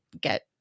get